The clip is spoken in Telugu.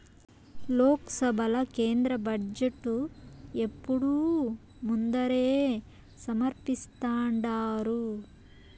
లోక్సభల కేంద్ర బడ్జెటు ఎప్పుడూ ముందరే సమర్పిస్థాండారు